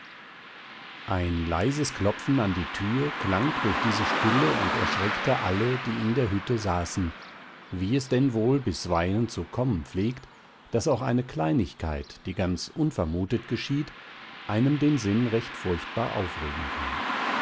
ein leises klopfen an die tür klang durch diese stille und erschreckte alle die in der hütte saßen wie es denn wohl bisweilen zu kommen pflegt daß auch eine kleinigkeit die ganz unvermutet geschieht einem den sinn recht furchtbarlich aufregen kann